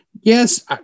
Yes